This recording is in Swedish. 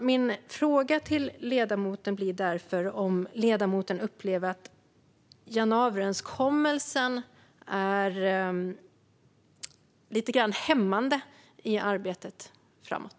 Min fråga till ledamoten blir därför om han upplever att januariöverenskommelsen är lite hämmande i arbetet framåt.